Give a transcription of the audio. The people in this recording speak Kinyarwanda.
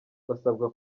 basabwa